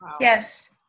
yes